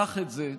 קח את זה,